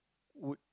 would